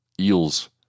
eels